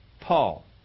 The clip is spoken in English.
Paul